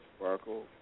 Sparkle